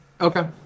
okay